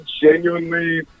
genuinely